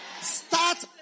Start